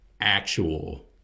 actual